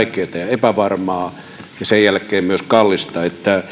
epävarmaa ja sen jälkeen myös kallista